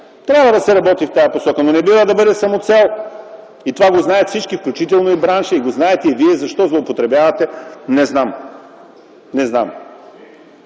Трябва да се работи в тази посока, но не бива да бъде самоцел. И това го знаят всички, включително и в бранша. Знаете го и вие, но защо злоупотребявате? Не знам. Това